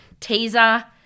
teaser